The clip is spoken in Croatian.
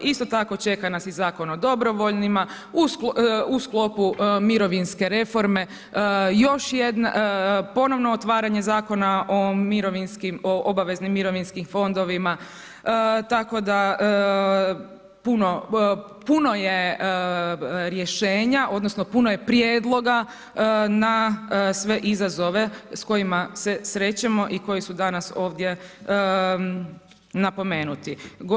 Isto tako čeka nas i Zakon o dobrovoljnima u sklopu mirovinske reforme ponovno otvaranje Zakona o obaveznim mirovinskim fondovima, tako da puno je rješenja odnosno puno je prijedloga na sve izazove s kojima se srećemo i koji su danas ovdje napomenuti.